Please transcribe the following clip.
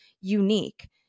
unique